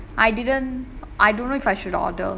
I didn't I don't know if I should order